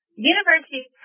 University